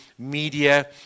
Media